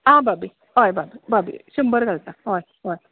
आं भाभी हय भाभी शंबर घालतां हय हय